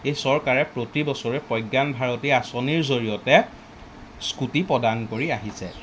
এই চৰকাৰে প্ৰতি বছৰে প্ৰজ্ঞান ভাৰতী আঁচনিৰ জৰিয়তে স্কুটি প্ৰদান কৰি আহিছে